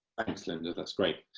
ah thanks linda, that's great.